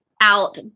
out